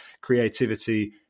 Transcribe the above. creativity